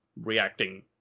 reacting